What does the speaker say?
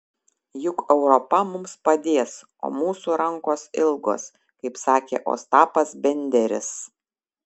juk europa mums padės o mūsų rankos ilgos kaip sakė ostapas benderis